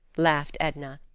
laughed edna.